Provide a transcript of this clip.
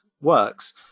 works